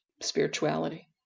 spirituality